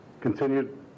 continued